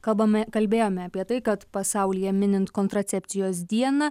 kalbame kalbėjome apie tai kad pasaulyje minint kontracepcijos dieną